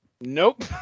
Nope